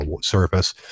surface